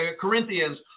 Corinthians